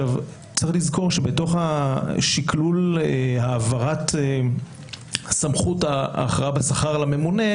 צריך לזכור שבתוך שקלול העברת סמכות ההכרעה בשכר לממונה,